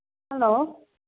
hello